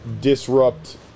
disrupt